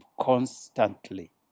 constantly